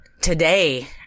today